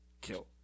kill